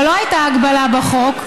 אבל לא הייתה הגבלה בחוק.